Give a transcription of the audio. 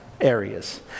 areas